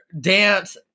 Dance